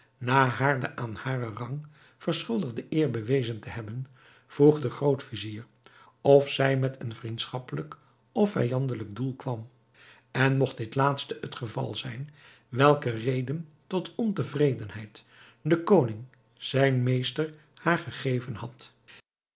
na haar de aan haren rang verschuldigde eer bewezen te hebben vroeg de groot-vizier of zij met een vriendschappelijk of vijandelijk doel kwam en mogt dit laatste het geval zijn welke redenen tot ontevredenheid de koning zijn meester haar gegeven had